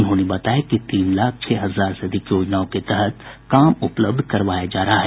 उन्होंने बताया कि तीन लाख छह हजार से अधिक योजनाओं के तहत काम उपलब्ध करवाया जा रहा है